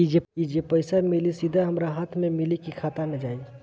ई जो पइसा मिली सीधा हमरा हाथ में मिली कि खाता में जाई?